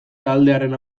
taldearen